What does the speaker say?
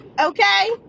Okay